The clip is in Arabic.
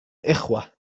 إخوة